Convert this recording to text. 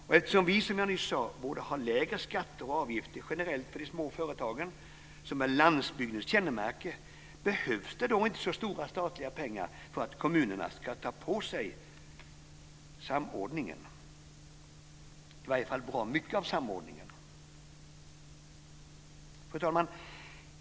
Och eftersom vi, som jag nyss sade, borde ha lägre skatter och avgifter generellt för de små företagen, som är landsbygdens kännemärke, behövs det inte så stora statliga pengar för att kommunerna ska ta på sig bra mycket av samordningen. Fru talman!